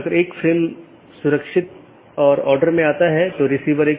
जो हम चर्चा कर रहे थे कि हमारे पास कई BGP राउटर हैं